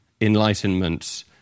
Enlightenment